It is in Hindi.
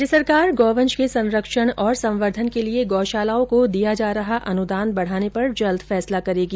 राज्य सरकार गौवंश के संरक्षण और संवर्द्धन के लिए गौशालाओं को दिया जा रहा अनुदान बढ़ाने पर जल्द फैसला करेगी